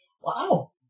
wow